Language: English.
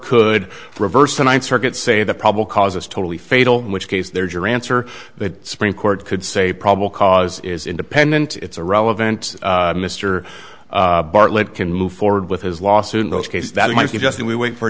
could reverse the ninth circuit say the probable causes totally fatal in which case there's your answer the supreme court could say probable cause is independent it's irrelevant mr bartlett can move forward with his lawsuit in those cases that might be just that we wait